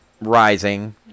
rising